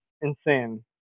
insane